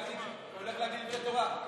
הוא הולך להגיד דברי תורה.